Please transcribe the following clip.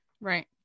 right